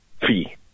fee